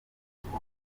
atatu